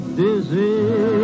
dizzy